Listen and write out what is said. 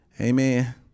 amen